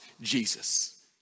Jesus